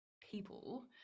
people